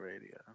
radio